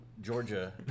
Georgia